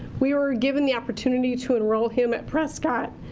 we were given the opportunity to enroll him at prescott.